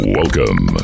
welcome